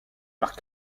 par